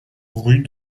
rue